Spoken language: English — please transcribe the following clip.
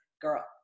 girl